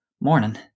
Morning